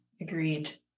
agreed